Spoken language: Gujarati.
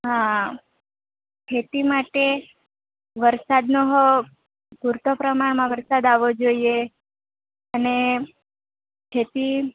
હા ખેતી માટે વરસાદનો પૂરતો પ્રમાણમા વરસાદ આવવો જોઈએ અને ખેતી